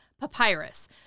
papyrus